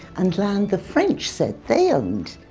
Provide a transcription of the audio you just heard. and land the french said they owned.